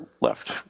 left